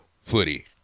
footy